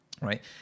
right